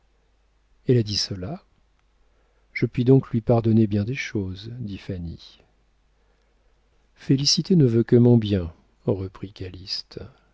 elle a dit cela je puis donc lui pardonner bien des choses dit fanny félicité ne veut que mon bien reprit